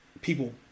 people